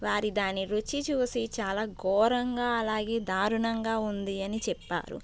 వారి దాని రుచి చూసి చాలా ఘోరంగా అలాగే దారుణంగా ఉంది అని చెప్పారు